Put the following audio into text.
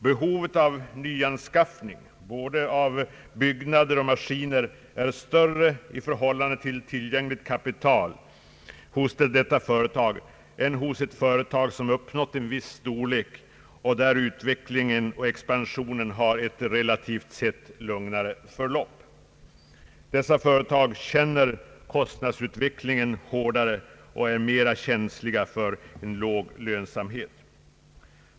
Behovet av nyanskaffning både av byggnader och maskiner är större i förhållande till tillgängligt kapital hos detta företag än hos ett företag som uppnått en viss storlek och där utvecklingen och expansionen har ett relativt sett lugnare förlopp. Dessa företag känner kostnadsutvecklingen hårdare och är mera känsliga för en låg lönsamhet.